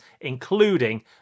including